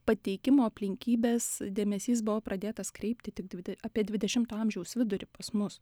pateikimo aplinkybes dėmesys buvo pradėtas kreipti tik dvide apie dvidešimto amžiaus vidurį pas mus